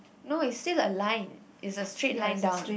no it's still a line it's a straight line down